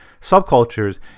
subcultures